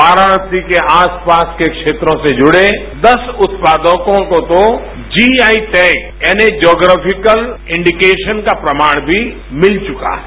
वाराणसी के आस पास के क्षेत्रों से जुड़े दस उत्पादकों को तो जीआई टैग यानी ज्यॉग्राफिकल इंडिकेशन का प्रमाण भी मिल चुका है